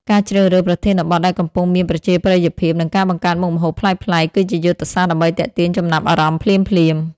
ការជ្រើសរើសប្រធានបទដែលកំពុងមានប្រជាប្រិយភាព និងការបង្កើតមុខម្ហូបប្លែកៗ គឺជាយុទ្ធសាស្ត្រដើម្បីទាក់ទាញចំណាប់អារម្មណ៍ភ្លាមៗ។